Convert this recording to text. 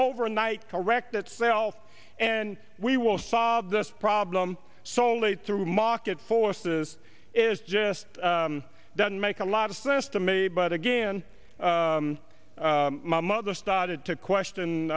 overnight correct itself and we will solve the problem soledad through market forces is just doesn't make a lot of sense to me but again my mother started to question